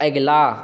अगिला